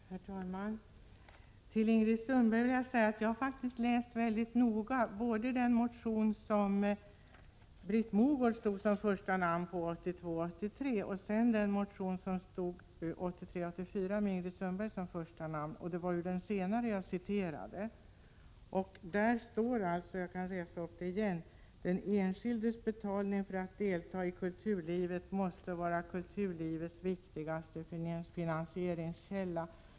Herr talman! Till Ingrid Sundberg vill jag säga att jag mycket noga har läst både den motion från 1982 84 där Ingrid Sundbergs namn står först. Jag citerade alltså ur den senare motionen, där det sägs: Den enskildes betalning för att delta i kulturlivet måste vara kulturlivets viktigaste finansieringskälla.